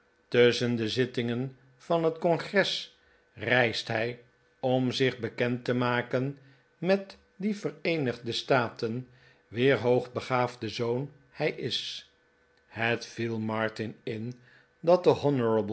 de zittingen van het congres reist hij om zich taekend te maken met die vereenigde staten wier hoogbegaafde zoon hij is het viel martin in dat de